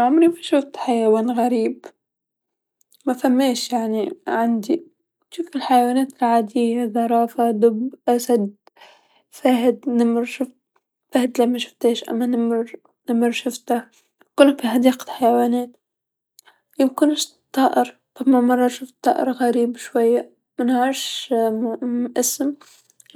عمري فا نمر حيوان غريب مفماش يعني عندي، نشوف حيوانات العاديه زرافه دب أسد فهد تمرشفت، لا فهد مشفتاش أما نمر، نمر شفتا الكل بحديقة الحيوانات، يمكنش طائر فما مرا شفت طائر غريب شويا، منعرفش الإسم